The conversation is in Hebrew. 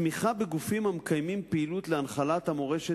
תמיכה בגופים הפועלים להנחלת הידע